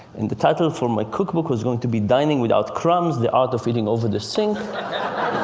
and the title for my cookbook was going to be, dining without crumbs the art of eating over the sink.